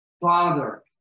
father